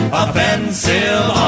offensive